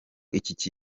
iki